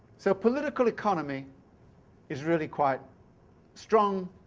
so political economy is really quite strong